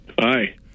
Hi